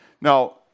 now